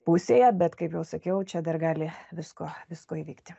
pusėje bet kaip jau sakiau čia dar gali visko visko įvykti